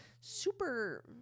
Super